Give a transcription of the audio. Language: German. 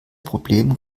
problem